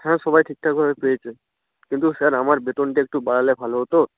হ্যাঁ সবাই ঠিকঠাক ভাবে পেয়েছে কিন্তু স্যার আমার বেতনটা একটু বাড়ালে ভালো হতো